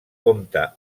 compta